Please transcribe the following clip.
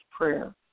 prayer